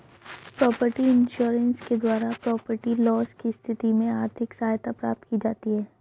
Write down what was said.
property insurance के द्वारा property loss की स्थिति में आर्थिक सहायता प्राप्त की जाती है